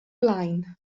blaen